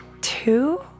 two